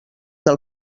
del